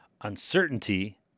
uncertainty